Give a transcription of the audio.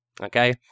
Okay